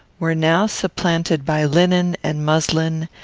were now supplanted by linen and muslin,